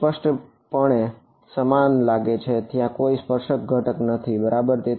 તે સ્પષ્ટ પણે સામાન્ય લાગે છે ત્યાં કોઈ સ્પર્શક ઘટક નથી બરાબર